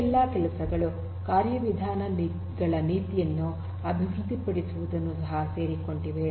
ಈ ಎಲ್ಲಾ ಕೆಲಸಗಳು ಕಾರ್ಯವಿಧಾನಗಳ ನೀತಿಯನ್ನು ಅಭಿವೃದ್ಧಿ ಪಡಿಸುವುದನ್ನು ಸಹ ಸೇರಿಕೊಂಡಿವೆ